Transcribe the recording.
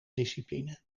discipline